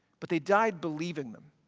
but they died believing them,